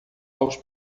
aos